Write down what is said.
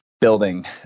building